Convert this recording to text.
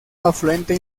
afluente